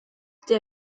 der